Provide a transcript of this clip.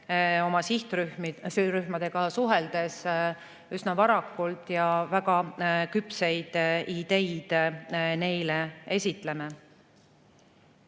oma sihtrühmadega suheldes üsna varakult ja väga küpseid ideid neile esitleme.